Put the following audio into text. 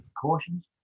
precautions